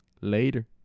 Later